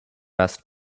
best